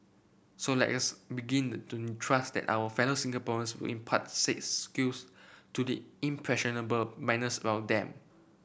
so let us begin to trust that our fellow Singaporeans will impart said skills to the impressionable minors around them